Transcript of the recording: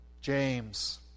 James